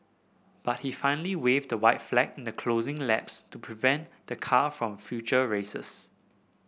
but he finally waved the white flag in the closing laps to prevent the car from future races